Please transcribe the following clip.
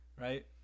right